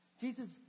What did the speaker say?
Jesus